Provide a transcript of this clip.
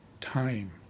time